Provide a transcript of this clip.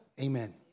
amen